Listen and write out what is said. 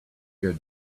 your